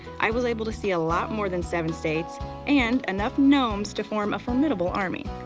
i was able to see a lot more than seven states and enough gnomes to form a formidable army.